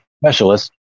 specialist